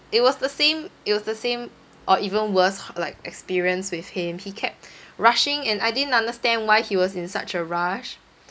it was the same it was the same or even worse like experience with him he kept rushing and I didn't understand why he was in such a rush